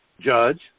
judge